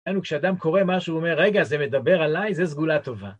לנו כשאדם קורא משהו, הוא אומר, רגע, זה מדבר עליי, זה סגולה טובה.